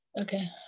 Okay